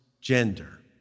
gender